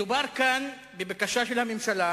מדובר כאן בבקשה של הממשלה